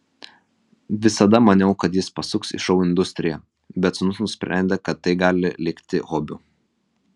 visada maniau kad jis pasuks į šou industriją bet sūnus nusprendė kad tai gali likti hobiu